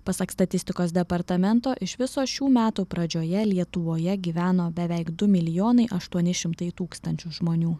pasak statistikos departamento iš viso šių metų pradžioje lietuvoje gyveno beveik du milijonai aštuoni šimtai tūkstančių žmonių